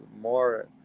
more